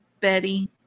Betty